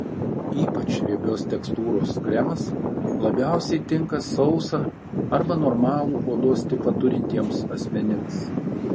ypač riebios tekstūros kremas labiausiai tinka sausą arba normalų odos tipą turintiems asmenims